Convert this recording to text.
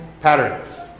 patterns